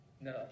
No